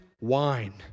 Wine